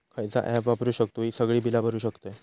खयचा ऍप वापरू शकतू ही सगळी बीला भरु शकतय?